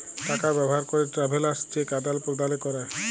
টাকা ব্যবহার ক্যরে ট্রাভেলার্স চেক আদাল প্রদালে ক্যরে